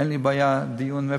מה עושים במדינות אחרות,